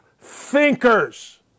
thinkers